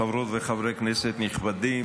חברות וחברי כנסת נכבדים,